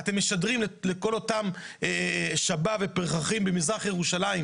אתם משדרים לכל אותם שבאב ופרחחים במזרח ירושלים,